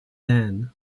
dan